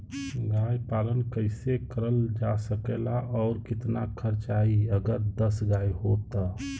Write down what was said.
गाय पालन कइसे करल जा सकेला और कितना खर्च आई अगर दस गाय हो त?